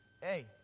Hey